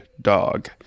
Dog